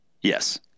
Yes